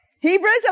Hebrews